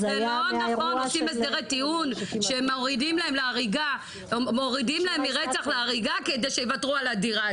עושים הסדרי טיעון שמורידים להם מרצח להריגה כדי שיוותרו על הדירה,